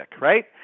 right